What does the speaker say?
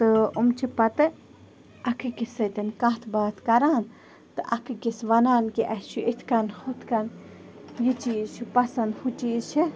تہٕ یِم چھِ پَتہٕ اَکھ أکِس سۭتۍ کَتھ باتھ کران تہِ اَکہ أکِس وَنان کہِ اسہِ چھُ یتھ کٔنۍ ہُتھ کٔنۍ یہِ چیٖز چھُ پسنٛد ہُہ چیٖز چھِ